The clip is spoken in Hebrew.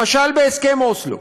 למשל בהסכם אוסלו,